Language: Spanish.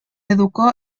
educó